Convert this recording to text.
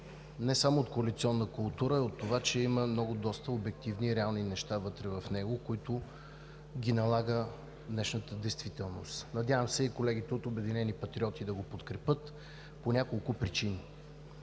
не само от коалиционна култура, а и от това, че вътре в него има доста обективни и реални неща, които ги налага днешната действителност. Надявам се и колегите от „Обединени патриоти“ да го подкрепят по няколко причини.